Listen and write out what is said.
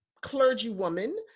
clergywoman